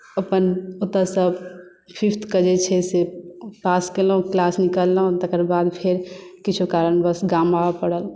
ओतयसँ फिफ्थ कऽ जे छै से पास केलहुँ क्लास निकललहुँ तकर बाद फेर किछो कारणवश गाम आबय पड़ल